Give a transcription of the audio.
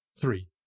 Three